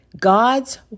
God's